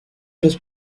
los